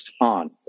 on